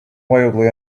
wildly